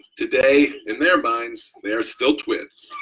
today, in their minds, they are still twins.